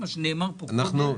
כפי שנאמר פה קודם.